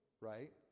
right